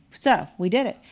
so we did it.